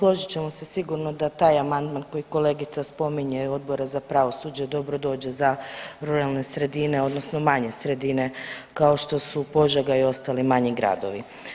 Evo složit ćemo se sigurno da taj amandman koji kolegice spominje Odbora za pravosuđe dobro dođe za ruralne sredine odnosno manje sredine kao što su Požega i ostali manji gradovi.